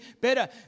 better